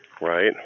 right